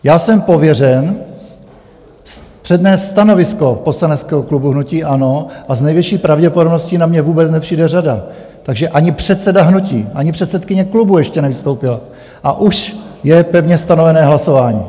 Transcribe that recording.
Já jsem pověřen přednést stanovisko poslaneckého klubu hnutí ANO a s největší pravděpodobností na mne vůbec nepřijde řada, takže ani předseda hnutí, ani předsedkyně klubu ještě nevystoupila, a už je pevně stanovené hlasování.